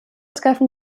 treffen